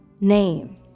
name